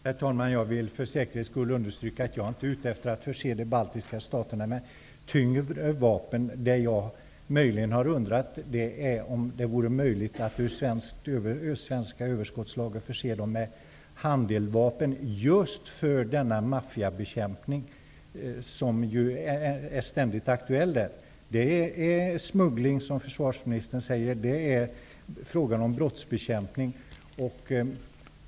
Herr talman! Jag vill för säkerhets skull understryka att jag inte är ute efter att förse de baltiska staterna med tyngre vapen. Vad jag undrar är om det vore möjligt att ur svenska överskottslager förse dem med handeldvapen just för den maffiabekämpning som ständigt är aktuell där. Det är, som försvarsministern säger, fråga om smuggling och brottsbekämpning.